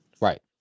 right